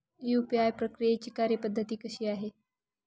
UPI प्रक्रियेची कार्यपद्धती कशी आहे?